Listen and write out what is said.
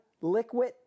liquid